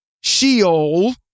Sheol